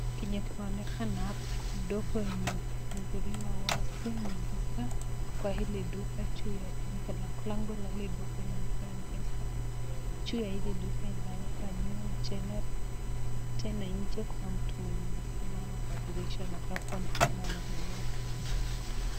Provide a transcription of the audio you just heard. Kenye imeonekana hapa kidogo yenye imefunguliwa wazi ni duka, kwa hili duka juu ya mlango ya hili duka imeandikwa Mpesa, juu ya hili duka imeandikwa (cs)New General(cs),tena nje kuna mtu amesimama kwa dirisha anakaa kuwa ni kama ananunua vitu.